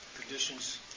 conditions